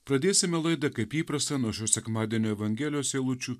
pradėsime laida kaip įprasta nuo šio sekmadienio evangelijos eilučių